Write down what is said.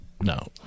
No